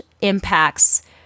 impacts